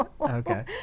Okay